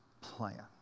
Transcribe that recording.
plan